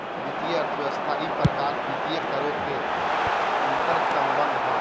वित्तीय अर्थशास्त्र ई प्रकार वित्तीय करों के अंतर्संबंध हइ